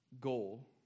goal